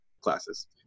classes